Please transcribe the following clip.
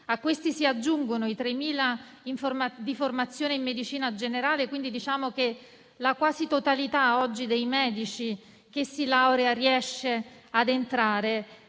A questi si aggiungono i 3.000 di formazione in medicina generale. Quindi, la quasi totalità oggi dei medici che si laurea riesce ad avere